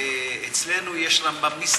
שתדע לך שאצלנו יש רמב"מיסטים,